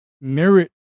merit